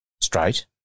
straight